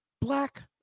Black